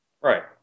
Right